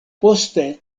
poste